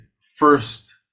first